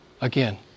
Again